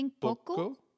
poco